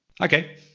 Okay